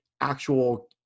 actual